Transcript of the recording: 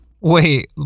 wait